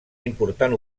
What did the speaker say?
important